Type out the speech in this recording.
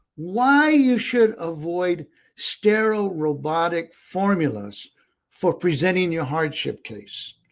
why you should avoid sterile, robotic formulas for presenting your hardship case.